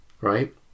Right